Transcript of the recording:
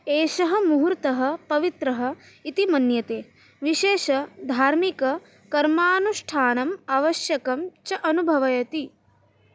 एषः मुहूर्तः पवित्रः इति मन्यते विशेषधार्मिककर्मानुष्ठानम् आवश्यकं च अनुभवति